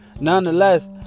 Nonetheless